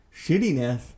shittiness